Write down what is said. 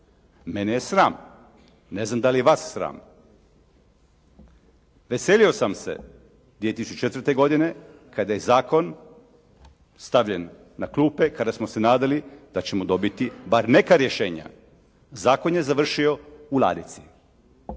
Mene je sram. Ne znam da li je vas sram. Veselio sam se 2004. godine kada je zakon stavljen na klupe, kada smo se nadali da ćemo dobiti bar neka rješenja. Zakon je završio u ladici.